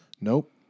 nope